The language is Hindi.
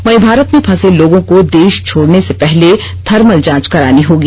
वहीं भारत में फंसे लोगों को देश छोडने से पहले थर्मल जांच करानी होगी